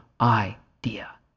idea